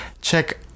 check